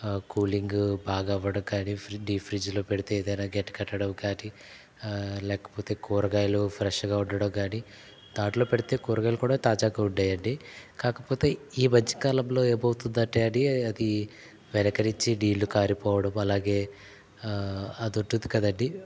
cooling బాగు అవ్వడం కానీ ఫ్రి డీఫ్రిజ్లో పెడితే ఏదైన గడ్డ కట్టడం కానీ లేకపోతే కూరగాయలు ఫ్రెష్గా ఉండడం కాని దాంట్లో పెడితే కూరగాయలు కూడా తాజాగా ఉంటాయండి కాకపోతే ఈ మధ్యకాలంలో ఏమవుతుందంటే అండి వెనక నుంచి నీళ్లు కారిపోవడం అలాగే అది ఉంటుంది కదండి